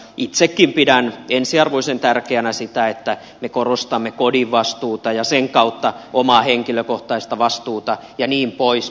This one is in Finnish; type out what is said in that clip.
itsekin pidän ensiarvoisen tärkeänä sitä että me korostamme kodin vastuuta ja sen kautta omaa henkilökohtaista vastuuta jnp